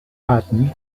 patterns